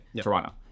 Toronto